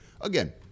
Again